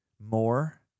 more